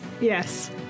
Yes